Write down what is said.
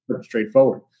straightforward